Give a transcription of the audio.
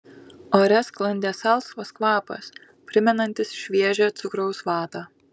ore sklandė salsvas kvapas primenantis šviežią cukraus vatą